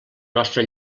nostre